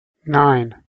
nine